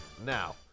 Now